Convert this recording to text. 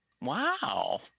Wow